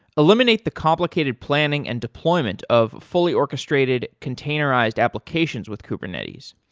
eliminate the complicated planning and deployment of fully orchestrated containerized applications with kubernetes.